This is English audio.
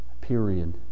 period